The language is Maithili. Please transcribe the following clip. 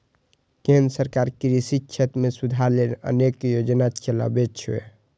केंद्र सरकार कृषि क्षेत्र मे सुधार लेल अनेक योजना चलाबै छै